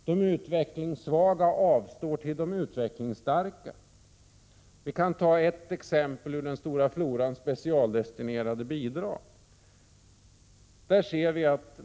De utvecklingssvaga avstår till de utvecklingsstarka. Jag kan ta ett exempel ur den stora floran av specialdestinerade bidrag.